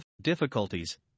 difficulties